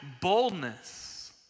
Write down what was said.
boldness